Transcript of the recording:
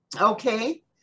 Okay